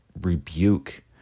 rebuke